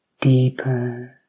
Deeper